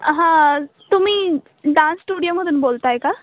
हां तुम्ही डान्स स्टुडिओमधून बोलत आहात का